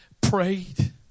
prayed